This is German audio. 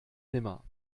nimmer